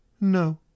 No